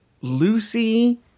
Lucy